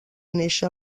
néixer